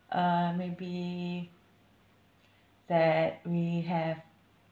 uh maybe that we have